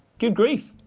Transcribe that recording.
good grief.